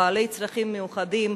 בעלי צרכים מיוחדים,